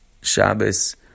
Shabbos